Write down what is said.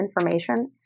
information